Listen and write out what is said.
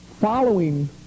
following